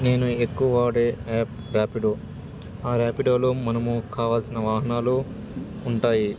నేను ఎక్కువ వాడే యాప్ ర్యాపిడో ఆ ర్యాపిడోలో మనము కావాల్సిన వాహనాలు ఉంటాయి